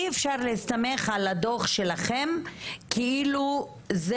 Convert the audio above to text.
אי אפשר להסתמך על הדוח שלכם כאילו זה